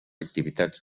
activitats